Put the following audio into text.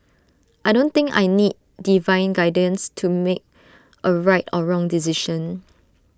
I don't think I need divine guidance to make A right or wrong decision